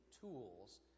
tools